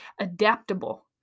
adaptable